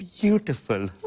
beautiful